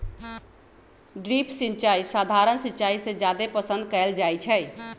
drip सिंचाई सधारण सिंचाई से जादे पसंद कएल जाई छई